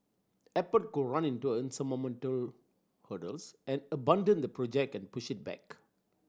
Apple could run into insurmountable hurdles and abandon the project and push it back